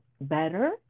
better